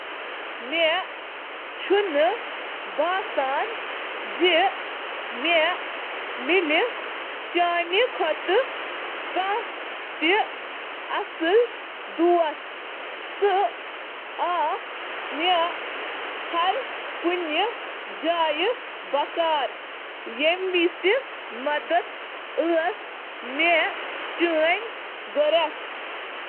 مےٚ چھُ پٔزۍ پٲٹھۍ مانان زِ تۄہہِ ہیوٗ دوست ژھانٛڑُن چھُ نایاب ۔ تُہنٛدِ حمایتُک مطلب چھُ پرٛٮ۪تھ لَٹہِ ییٚلہِ تُہۍ مدتہٕ خٲطرٕ قدم ترٛٲوِو مےٚ خٲطرٕ واریاہ زیادٕ۔